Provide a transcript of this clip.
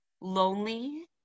lonely